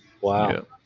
Wow